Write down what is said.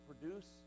produce